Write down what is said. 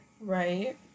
Right